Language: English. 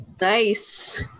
Nice